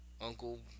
Uncle